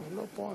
בבקשה.